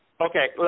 Okay